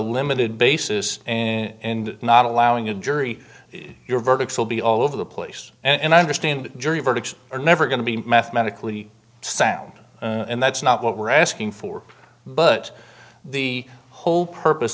limited basis and not allowing a jury your verdict will be all over the place and i understand jury verdicts are never going to be mathematically sound and that's not what we're asking for but the whole purpose